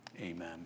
Amen